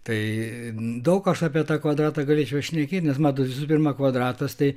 tai daug aš apie tą kvadratą galėčiau šnekėt nes matot visų pirma kvadratas tai